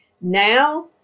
Now